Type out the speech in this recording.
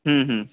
হুম হুম